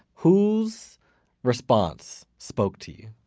whose response spoke to you?